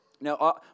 now